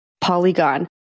Polygon